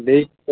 ଦେଇଛି ତ